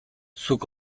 zuk